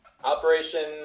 Operation